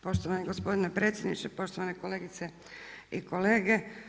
Poštovani gospodine predsjedniče, poštovane kolegice i kolege.